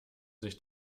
sich